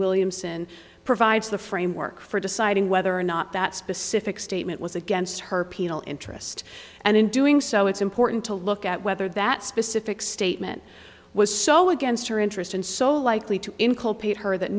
williamson provides the framework for deciding whether or not that specific statement was against her penal interest and in doing so it's important to look at whether that specific statement was so against her interest and so likely to incorporate her